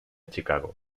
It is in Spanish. chicago